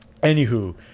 Anywho